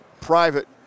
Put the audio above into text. private